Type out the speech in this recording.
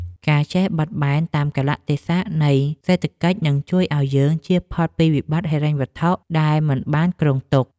ការចេះបត់បែនតាមកាលៈទេសៈនៃសេដ្ឋកិច្ចនឹងជួយឱ្យយើងជៀសផុតពីវិបត្តិហិរញ្ញវត្ថុដែលមិនបានគ្រោងទុក។